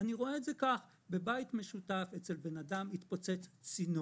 אני רואה את זה כך: בבית משותף אצל אדם התפוצץ צינור,